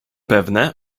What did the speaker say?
pewne